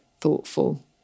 thoughtful